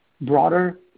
broader